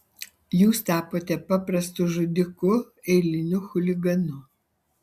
jūs tapote paprastu žudiku eiliniu chuliganu